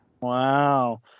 Wow